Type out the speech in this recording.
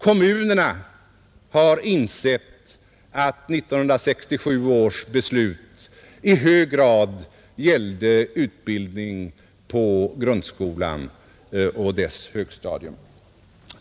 Kommunerna har insett att 1967 års beslut i hög grad gällde utbildning på grundskolans högstadium.